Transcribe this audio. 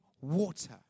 water